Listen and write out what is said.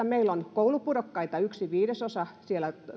meillä on koulupudokkaita yksi viidesosa siellä